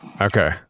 Okay